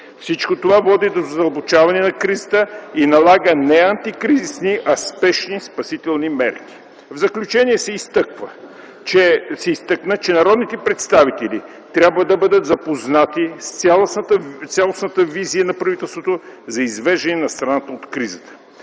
Всичко това води до задълбочаване на кризата и налага не антикризисни, а спешни спасителни мерки. В заключение се изтъкна, че народните представители трябва да бъдат запознати с цялостната визия на правителството за извеждане на страната от кризата.